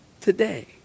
Today